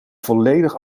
volledig